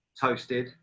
toasted